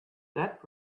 that